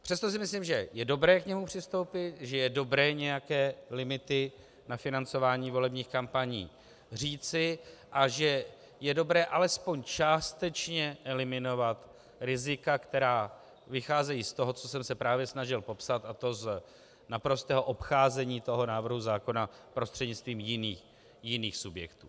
Přesto si myslím, že je dobré k němu přistoupit, že je dobré nějaké limity na financování volebních kampaní říci a že je dobré alespoň částečně eliminovat rizika, která vycházejí z toho, co jsem se právě snažil popsat, a to z naprostého obcházení návrhu zákona prostřednictvím jiných subjektů.